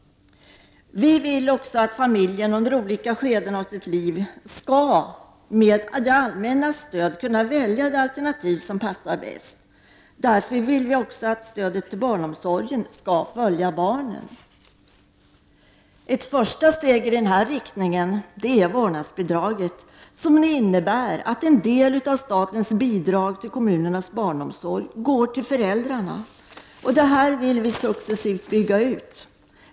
Vi vill att familjen under olika skeden av sitt liv med det allmännas stöd skall kunna välja det alternativ som passar den bäst. Därför vill vi också att stödet till barnomsorgen skall följa barnen. Ett första steg i denna riktning är vårdnadsbidraget som innebär att en del av statens bidrag till kommunernas barnomsorg går till föräldrarna. Detta system vill vi successivt bygga ut.